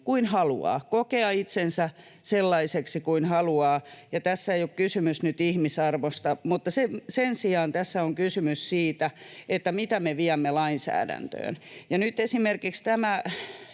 kuin haluaa, kokea itsensä sellaiseksi kuin haluaa, ja tässä ei ole kysymys nyt ihmisarvosta, mutta sen sijaan tässä on kysymys siitä, mitä me viemme lainsäädäntöön. Itseäni vaivaa tässä